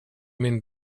min